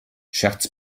scherz